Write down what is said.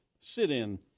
sit-in